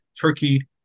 Turkey